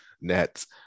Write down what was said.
Nets